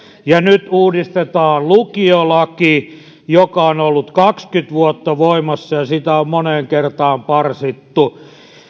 ja nyt uudistetaan lukiolaki joka on ollut kaksikymmentä vuotta voimassa ja jota on moneen kertaan parsittu